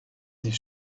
his